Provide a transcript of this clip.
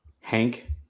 Hank